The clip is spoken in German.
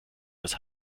das